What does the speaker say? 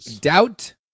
doubt